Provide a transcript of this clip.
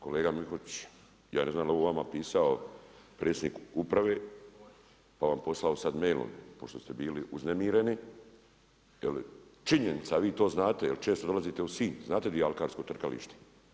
Kolega Mihotić, ja ne znam je li ovo vama pisao predsjednik uprave pa vam poslao sada mailom pošto ste bili uznemireni, jer činjenica a vi to znate jer često dolazite u Sinj, znate gdje je alkarsko trkalište.